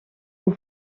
aux